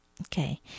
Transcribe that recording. okay